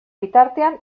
bitartean